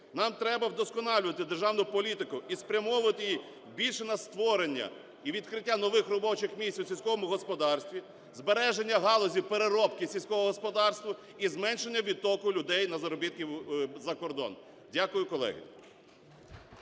Нам треба вдосконалювати державну політику і спрямовувати її більше на створення і відкриття нових робочих місць у сільському господарстві, збереження галузі переробки сільського господарства і зменшення відтоку людей на заробітки за кордон. Дякую, колеги.